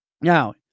Now